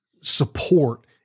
support